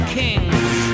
kings